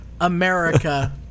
America